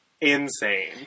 insane